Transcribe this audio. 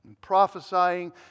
prophesying